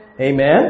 Amen